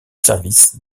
services